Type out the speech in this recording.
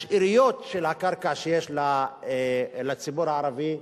השאריות של הקרקע שיש לציבור הערבי,